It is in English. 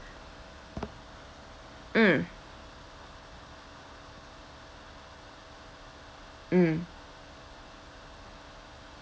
mm mm